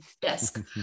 desk